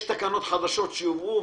יש תקנות חדשות שיובאו.